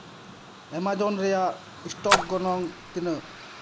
Amazon ᱨᱮᱭᱟᱜ stock ᱜᱚᱱᱚᱝ ᱛᱤᱱᱟᱹᱜ